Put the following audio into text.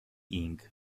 inc